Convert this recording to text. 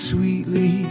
Sweetly